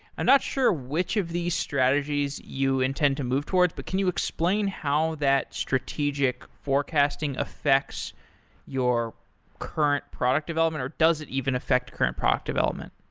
i'm not sure which of these strategies you intend to move towards, but can you explain how that strategic forecasting affects your current product development, or does it even affect current product development?